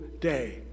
day